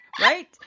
right